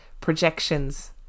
projections